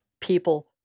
people